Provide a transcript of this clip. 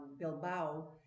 Bilbao